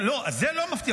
זה לא מפתיע,